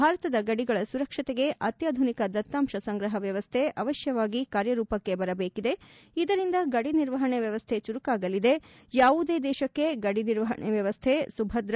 ಭಾರತದ ಗಡಿಗಳ ಸುರಕ್ಷತೆಗೆ ಅತ್ಯಾಧುನಿಕ ದತ್ತಾಂಶ ಸಂಗ್ರಹ ವ್ಯವಸ್ಥೆ ಅವಶ್ಯವಾಗಿ ಕಾರ್ಯರೂಪಕ್ಕೆ ಬರದೇಕಿದೆ ಇದರಿಂದ ಗಡಿ ನಿರ್ವಹಣೆ ವ್ಯವಸ್ಥೆ ಚುರುಕಾಗಲಿದೆ ಯಾವುದೇ ದೇಶಕ್ಕೆ ಗಡಿ ನಿರ್ವಹಣೆ ವ್ಯವಸ್ಥೆ ಸುಭದ್ರ